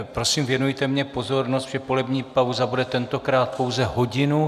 Prosím, věnujte mně pozornost, protože polední pauza bude tentokrát pouze hodinu.